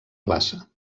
plaça